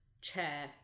chair